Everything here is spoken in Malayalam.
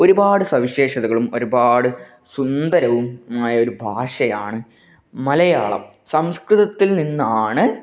ഒരുപാട് സവിശേഷതകളും ഒരുപാട് സുന്ദരവുമായ ഒരു ഭാഷയാണ് മലയാളം സംസ്കൃതത്തിൽ നിന്നാണ്